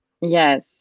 Yes